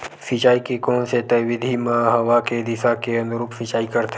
सिंचाई के कोन से विधि म हवा के दिशा के अनुरूप सिंचाई करथे?